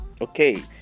Okay